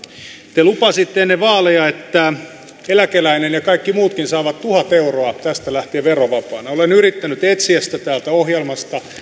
te lupasitte ennen vaaleja että eläkeläinen ja kaikki muutkin saavat tuhat euroa tästä lähtien verovapaana olen yrittänyt etsiä sitä täältä ohjelmasta sitä